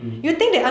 mm